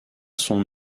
son